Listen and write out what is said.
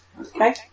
Okay